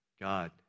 God